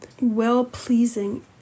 Well-pleasing